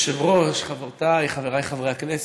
היושב-ראש, חברותיי, חבריי חברי הכנסת,